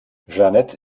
jeanette